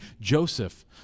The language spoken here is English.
Joseph